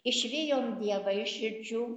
išvijom dievą iš širdžių